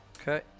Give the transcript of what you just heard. Okay